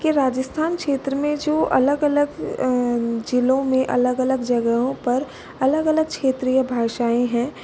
कि राजस्थान क्षेत्र में जो अलग अलग जिलों में अलग अलग जगहों पर अलग अलग क्षेत्रीय भाषाएँ हैं